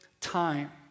time